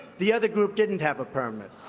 the other group didn't have a permit.